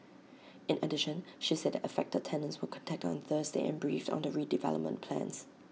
in addition she said that affected tenants were contacted on Thursday and briefed on the redevelopment plans